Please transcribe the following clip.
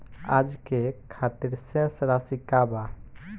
आज के खातिर शेष राशि का बा?